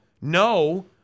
no